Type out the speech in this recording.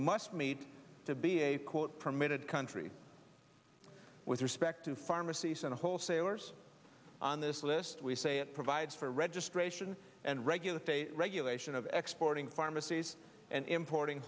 must meet to be a quote permitted country with respect to pharmacies and wholesalers on this list we say it provides for registration and regular state regulation of exploiting pharmacies and importing